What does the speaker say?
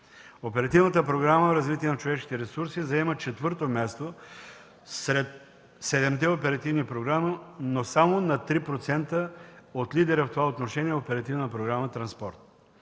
Оперативната програма „Развитие на човешките ресурси” заема четвърто място сред седемте оперативни програми, но само на 3% от лидера в това отношение – Оперативна програма „Транспорт”.